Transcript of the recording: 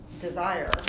desire